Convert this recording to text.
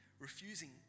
refusing